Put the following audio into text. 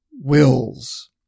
Wills